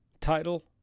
title